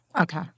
Okay